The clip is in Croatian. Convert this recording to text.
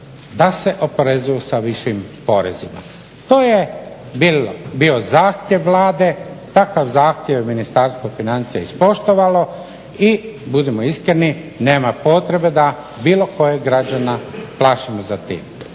da se oporezuju sa višim porezima. To je bio zahtjev Vlade, takav zahtjev je Ministarstvo financija ispoštovalo i budimo iskreni nema potrebe da bilo kojeg građana plašimo sa tim.